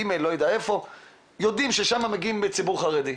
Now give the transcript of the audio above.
שלשם מגיע ציבור חרדי,